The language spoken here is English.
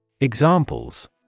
Examples